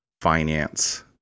finance